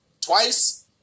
Twice